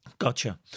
Gotcha